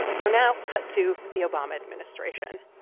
so now, cut to the obama administration.